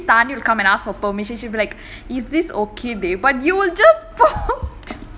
thani will come and ask for permission she'll be like is this okay babe but you will just post